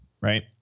right